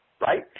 right